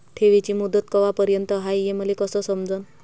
ठेवीची मुदत कवापर्यंत हाय हे मले कस समजन?